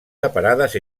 separades